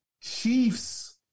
Chiefs